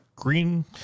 green